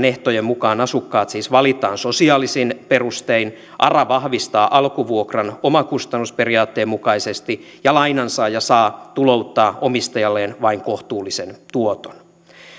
ehtojen mukaan asukkaat siis valitaan sosiaalisin perustein ara vahvistaa alkuvuokran omakustannusperiaatteen mukaisesti ja lainansaaja saa tulouttaa omistajalleen vain kohtuullisen tuoton